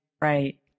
right